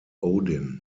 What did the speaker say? odin